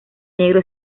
negro